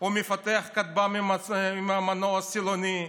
הוא מפתח כטב"מים עם מנוע סילוני.